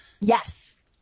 Yes